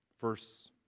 Verse